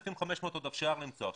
אפשר למצוא ל-3,500.